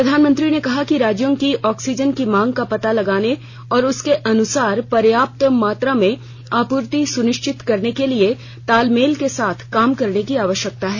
प्रधानमंत्री ने कहा कि राज्यों की ऑक्सीजन की मांग का पता लगाने और उसके अनुसार पर्याप्त मात्रा में आपूर्ति सुनिश्चित करने के लिए तालमेल के साथ काम करने की आवश्यकता है